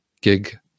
gig